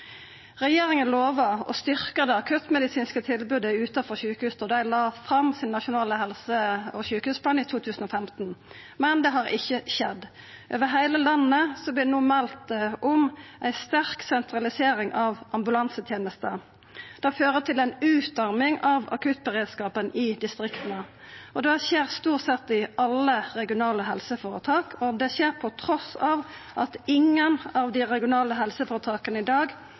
Regjeringa lova å styrkja det akuttmedisinske tilbodet utanfor sjukehus da dei la fram sin nasjonale helse- og sjukehusplan i 2015, men det har ikkje skjedd. Over heile landet vert det no meldt om ei sterk sentralisering av ambulansetenesta. Det fører til ei utarming av akuttberedskapen i distrikta. Det skjer stort sett i alle regionale helseføretak, det skjer trass i at ingen av dei regionale helseføretaka i dag